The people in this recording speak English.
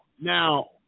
now